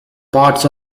parts